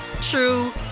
true